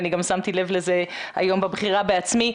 אני גם שמתי לב לזה היום בבחירה בעצמי.